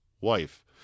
wife